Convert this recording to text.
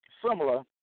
Similar